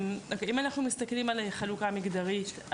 אם אנחנו מסתכלים על חלוקה מגדרית,